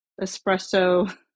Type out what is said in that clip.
espresso